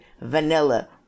vanilla